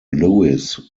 lewis